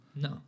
No